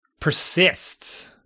persists